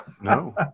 No